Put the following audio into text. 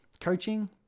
coaching